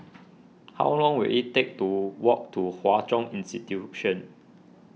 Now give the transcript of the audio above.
how long will it take to walk to Hwa Chong Institution